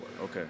Okay